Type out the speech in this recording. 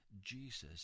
Jesus